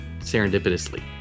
serendipitously